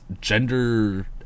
gender